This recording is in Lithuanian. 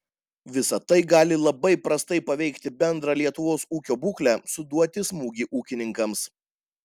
visa tai gali labai prastai paveikti bendrą lietuvos ūkio būklę suduoti smūgį ūkininkams